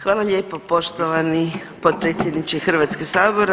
Hvala lijepo poštovani potpredsjedniče Hrvatskog sabora.